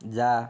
जा